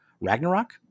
Ragnarok